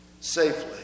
safely